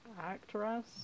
Actress